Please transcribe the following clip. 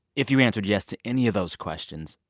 if you answered, yes, to any of those questions,